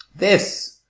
this,